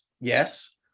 Yes